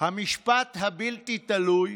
"המשפט הבלתי-תלוי